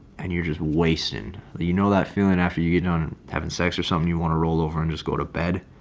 and you're just wasting that you know that feeling after you get down and and having sex or something you want to roll over and just go to bed.